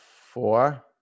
four